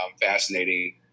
fascinating